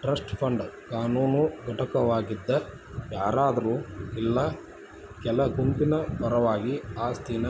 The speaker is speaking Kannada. ಟ್ರಸ್ಟ್ ಫಂಡ್ ಕಾನೂನು ಘಟಕವಾಗಿದ್ ಯಾರಾದ್ರು ಇಲ್ಲಾ ಕೆಲ ಗುಂಪಿನ ಪರವಾಗಿ ಆಸ್ತಿನ